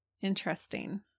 Interesting